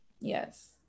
yes